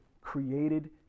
created